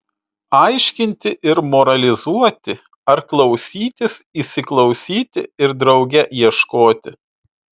aiškinti ir moralizuoti ar klausytis įsiklausyti ir drauge ieškoti